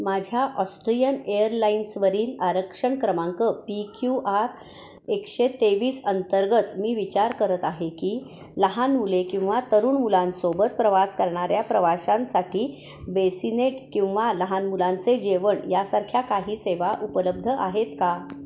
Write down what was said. माझ्या ऑस्ट्रियन एअरलाईन्सवरील आरक्षण क्रमांक पी क्यू आर एकशे तेवीस अंतर्गत मी विचार करत आहे की लहान मुले किंवा तरुण मुलांसोबत प्रवास करणाऱ्या प्रवाशांसाठी बेसिनेट किंवा लहान मुलांचे जेवण यासारख्या काही सेवा उपलब्ध आहेत का